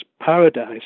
paradise